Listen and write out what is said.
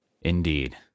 Indeed